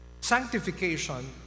Sanctification